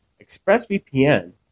ExpressVPN